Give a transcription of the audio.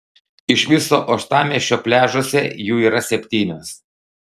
iš viso uostamiesčio pliažuose jų yra septynios